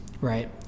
right